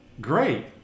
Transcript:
great